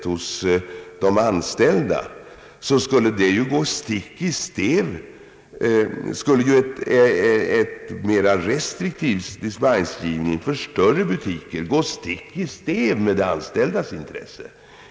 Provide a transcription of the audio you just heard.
För det andra skulle en mera restriktiv dispensgivning åt större butiker gå stick i stäv mot de anställdas intressen.